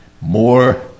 more